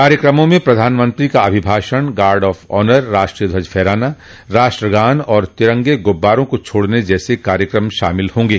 कार्यक्रमों में प्रधानमंत्री का अभिभाषण गार्ड ऑफ ऑनर राष्ट्रीय ध्वज फहराना राष्ट्रगान और तिरंगे गुब्बारों को छोड़ने जैसे कार्यक्रम शामिल होंगे